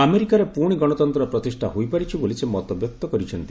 ଆମେରିକାରେ ପୁଣି ଗଣତନ୍ତ ପ୍ରତିଷ୍ଠା ହୋଇପାରିଛି ବୋଲି ସେ ମତବ୍ୟକ୍ତ କରିଛନ୍ତି